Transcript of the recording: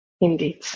Indeed